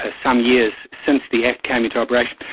ah some years since the act came into operation,